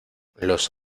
los